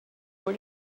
been